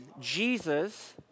Jesus